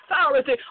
authority